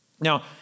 Now